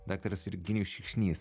daktaras virginijus šikšnys